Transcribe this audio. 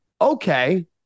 Okay